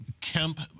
Kemp